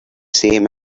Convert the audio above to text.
same